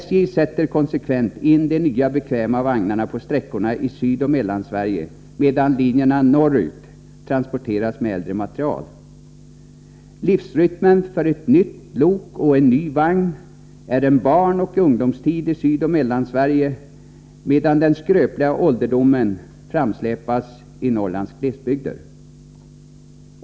SJ sätter konsekvent in de nya bekväma vagnarna på sträckorna i Sydoch Mellansverige, medan linjerna norrut trafikeras med äldre materiel. Livsrytmen för ett nytt lok och en ny vagn är en barnoch ungdomstid i Sydoch Mellansverige, medan den skröpliga ålderdomen framsläpas i Norrlands glesbygder.